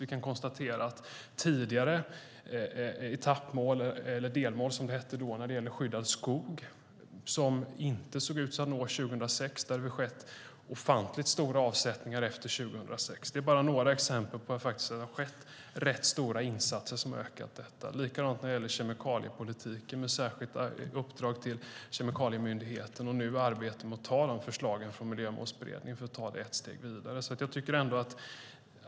Vi kan konstatera att i fråga om etappmål - delmål som det hette tidigare - när det gäller skyddad skog, som det 2006 inte såg ut att man skulle nå, har det skett ofantligt stora avsättningar efter 2006. Det är bara några exempel på att det faktiskt har skett rätt stora insatser. Det är likadant med kemikaliepolitiken med särskilda uppdrag till Kemikalieinspektionen. Nu arbetar man med att ta förslagen från Miljömålsberedningen ett steg vidare.